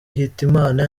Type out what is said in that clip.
hitimana